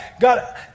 God